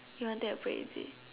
you want take a break is it